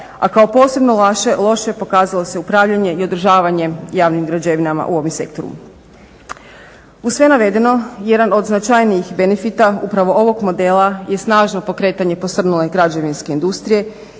A kao posebno loše pokazalo se upravljanje i održavanje javnim građevinama u ovom sektoru. Uz sve navedeno jedan od značajnijih benefita upravo ovog modela je snažno pokretanje posrnule građevinske industrije